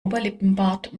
oberlippenbart